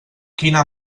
quina